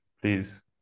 please